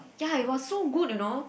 ya it was so good you know